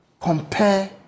compare